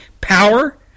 power